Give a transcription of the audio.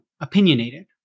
opinionated